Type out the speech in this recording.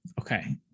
Okay